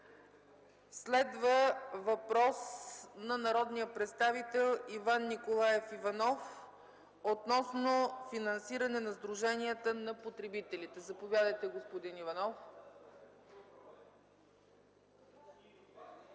Следва въпрос от народния представител Иван Николаев Иванов относно финансиране на сдруженията на потребителите. Заповядайте, господин Иванов.